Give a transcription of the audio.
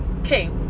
okay